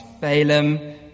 Balaam